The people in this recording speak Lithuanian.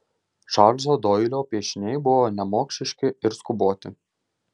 čarlzo doilio piešiniai buvo nemokšiški ir skuboti